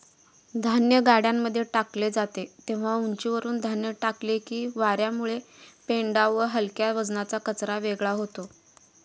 धान्य गाड्यांमध्ये टाकले जाते तेव्हा उंचीवरुन धान्य टाकले की वार्यामुळे पेंढा व हलक्या वजनाचा कचरा वेगळा होतो